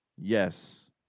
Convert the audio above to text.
yes